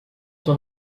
zur